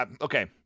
okay